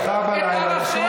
מאוחר בלילה.